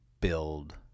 build